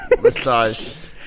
massage